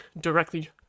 directly